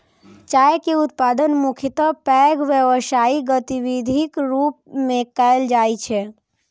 चाय के उत्पादन मुख्यतः पैघ व्यावसायिक गतिविधिक रूप मे कैल जाइ छै